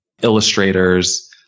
illustrators